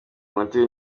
umuti